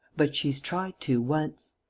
but she's tried to, once.